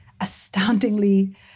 astoundingly